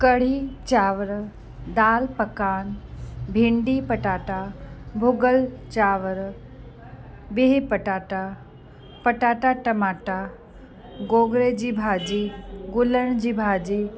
कढ़ी चांवर दाल पकवान भिंडी पटाटा भुॻल चांवर बिह पटाटा पटाटा टमाटा गोगिड़े जी भाॼी गुलनि जी भाॼी